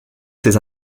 ses